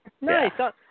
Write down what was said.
Nice